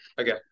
okay